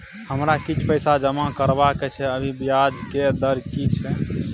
हमरा किछ पैसा जमा करबा के छै, अभी ब्याज के दर की छै?